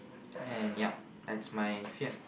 and ya that's my fear